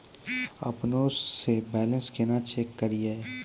अपनों से बैलेंस केना चेक करियै?